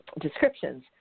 descriptions